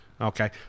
Okay